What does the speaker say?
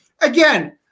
Again